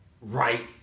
right